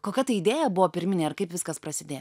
kokia ta idėja buvo pirminė ar kaip viskas prasidė